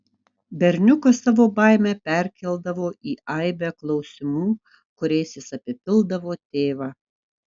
berniukas savo baimę perkeldavo į aibę klausimų kuriais jis apipildavo tėvą